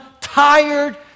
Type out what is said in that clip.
tired